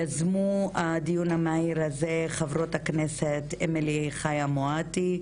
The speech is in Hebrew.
יזמו את הדיון המהיר הזה חברות הכנסת אמילי חיה מואטי,